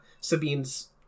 Sabine's